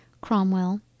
cromwell